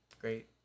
great